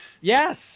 yes